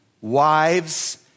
Wives